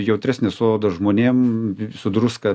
jautresnės odos žmonėm su druska